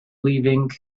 leaving